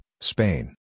Spain